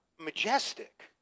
majestic